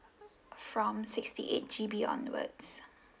from sixty eight G_B onwards